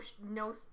no